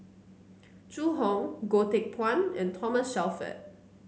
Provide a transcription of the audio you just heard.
Zhu Hong Goh Teck Phuan and Thomas Shelford